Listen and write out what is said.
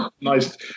nice